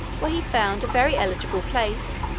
where he found a very eligible place,